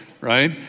right